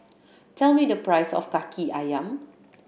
tell me the price of Kaki Ayam